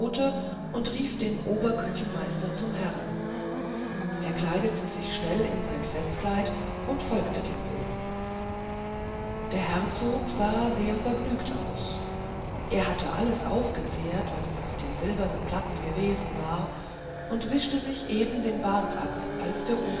und rief den oberküchenmeister zum herrn er kleidete sich schnell in sein festkleid und folgte dem boten der herzog sah sehr vergnügt aus er hatte alles aufgezehrt was auf den silbernen platten gewesen war und wischte sich eben den bart ab als der